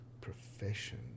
profession